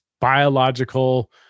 biological